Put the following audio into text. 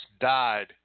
died